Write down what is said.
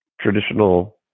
traditional